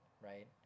right